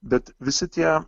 bet visi tie